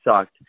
sucked